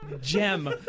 Gem